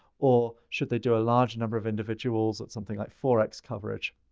or should they do a large number of individuals at something like four x coverage?